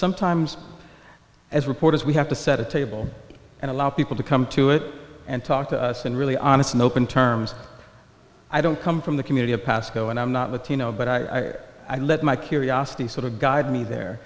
sometimes as reporters we have to set a table and allow people to come to it and talk to us and really honest and open terms i don't come from the community of pascoe and i'm not with you know but i let my curiosity sort of guide me there